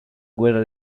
guerra